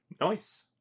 Nice